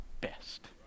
best